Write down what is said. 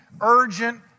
urgent